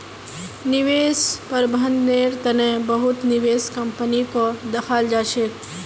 निवेश प्रबन्धनेर तने बहुत निवेश कम्पनीको दखाल जा छेक